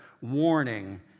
warning